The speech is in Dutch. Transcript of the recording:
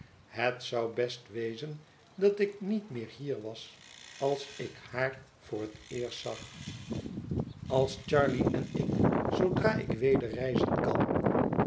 het zou best wezen dat ik niet meer hier was als ik haar voor het eerst zag als charley en ik zoodra ik weder reizen kan